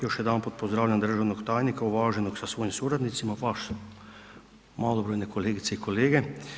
Još jedanput pozdravljam državnog tajnika uvaženog sa svojim suradnicima, malobrojne kolegice i kolege.